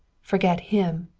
forget him.